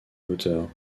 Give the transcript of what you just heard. hauteur